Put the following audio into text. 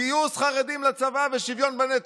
גיוס חרדים לצבא ושוויון בנטל.